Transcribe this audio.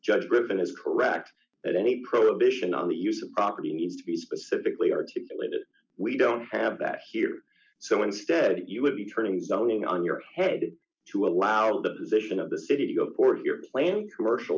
judge driven is correct that any prohibition on the use of property needs to be specifically articulated we don't have that here so instead you would be turning zoning on your head to allow the decision of the city or port of your plan commercial